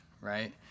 right